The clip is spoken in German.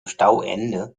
stauende